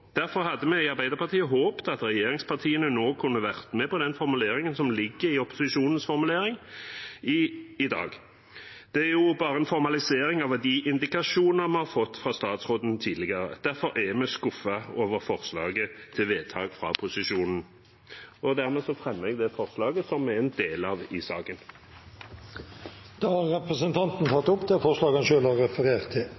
Derfor hadde vi i Arbeiderpartiet håpet at regjeringspartiene i dag kunne vært med på den formuleringen som ligger fra opposisjonen. Det er jo bare en formalisering av de indikasjoner vi har fått fra statsråden tidligere. Derfor er vi skuffet over forslaget til vedtak fra posisjonen. Dermed fremmer jeg det forslaget i saken som vi er en del av. Representanten Øystein Langholm Hansen har tatt opp det forslaget han refererte til.